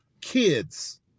kids